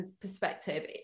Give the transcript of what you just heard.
perspective